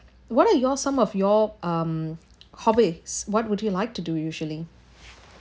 what are your some of your um hobbies what would you like to do usually